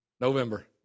November